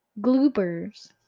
Gloopers